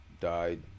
died